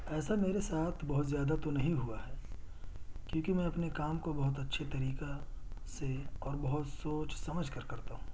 ایسا میرے ساتھ بہت زیادہ تو نہیں ہوا ہے کیونکہ میں اپنے کام کو بہت اچھے طریقہ سے اور بہت سوچ سمجھ کر کرتا ہوں